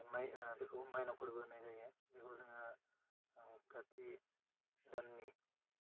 माय बेखौ मायनाव फोरबो होन्नाय जायो बेखौ जोङो काति दाननि